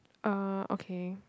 uh okay